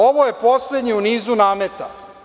Ovo je poslednji u nizu nameta.